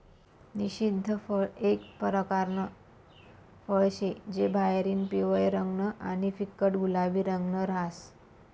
निषिद्ध फळ एक परकारनं फळ शे जे बाहेरतीन पिवयं रंगनं आणि फिक्कट गुलाबी रंगनं रहास